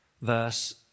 verse